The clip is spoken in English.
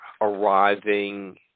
arriving